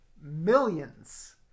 millions